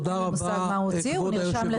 אין לי מושג מה הוא הוציא, הוא נרשם לזכות הדיבור.